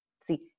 See